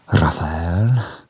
Raphael